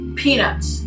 peanuts